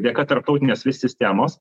dėka tarptautinės svift sistemos